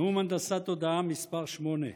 נאום הנדסת תודעה מס' 8,